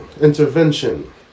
intervention